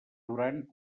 durant